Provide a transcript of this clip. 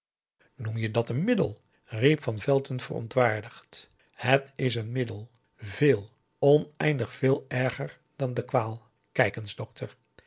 noem je dat een middel riep van velton verontwaardigd het is een middel veel oneindig veel erger dan de kwaal kijk eens dokter